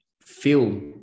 feel